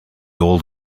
old